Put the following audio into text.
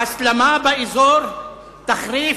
ההסלמה באזור תחריף,